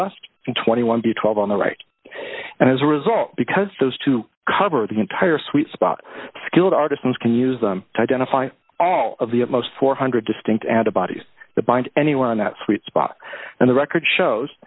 in twenty one b twelve on the right and as a result because those two cover the entire sweet spot skilled artist ones can use them to identify all of the at most four hundred distinct antibodies that bind any one that sweet spot and the record shows